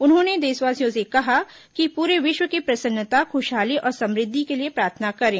उन्होंने देशवासियों से कहा कि पूरे विश्व की प्रसन्नता खुशहाली और समृद्धि के लिए प्रार्थना करें